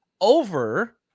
over